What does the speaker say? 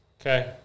Okay